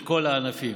לכל הענפים,